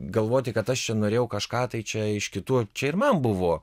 galvoti kad aš čia norėjau kažką tai čia iš kitų čia ir man buvo